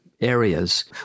areas